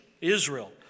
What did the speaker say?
Israel